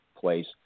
place